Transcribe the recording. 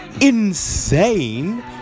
insane